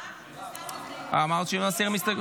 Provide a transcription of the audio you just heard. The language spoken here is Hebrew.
ברגע שהסרתם הסתייגויות, אתם לא,